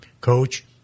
coach